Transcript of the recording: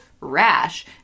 rash